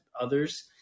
others